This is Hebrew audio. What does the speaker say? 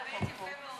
באמת יפה מאוד.